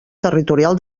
territorial